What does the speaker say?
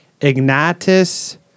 Ignatius